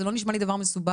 זה לא נשמע לי דבר מסובך.